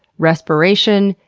respiration,